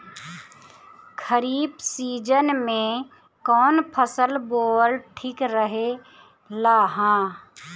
खरीफ़ season में कौन फसल बोअल ठिक रहेला ह?